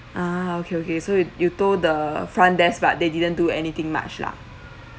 ah okay okay so you you told the front desk but they didn't do anything much lah